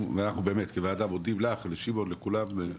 אנחנו כוועדה מודים לך, לשמעון ולכולם.